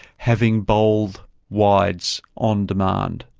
having bowled wides on demand,